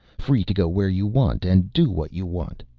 free to go where you want and do what you want.